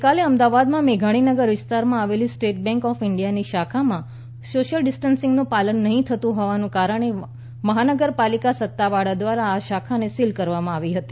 ગઈકાલે અમદાવાદમાં મેઘાણીનગર વિસ્તારમાં આવેલી સ્ટેટ બેન્ક ઓફ ઇન્ડિયાની શાખામાં સોશિયલ ડિસ્ટનસિન્ગ નું પાલન નહિ થતું હોવાને કારણે મહાનગર પાલિકા સત્તાવાળાઓ દ્વારા આ શાખાને સીલ કરવામાં આવી હતી